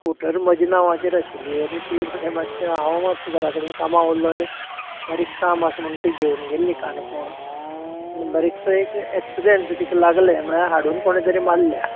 scooter म्हजे नांवाचेर आशिल्ली आनी ती म्हणल्यार मातशे हावं मातसो घरा कडेन कामाक उरलो आनी बारीक काम आसा म्हूण ती घेवन गेल्ली काणकोण आनी बारीकसो एक एक्सिडंट तीका लागले म्हणल्यार हाडून कोणे तरी मारल्या